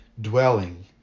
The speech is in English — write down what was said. dwelling